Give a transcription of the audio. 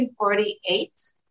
1948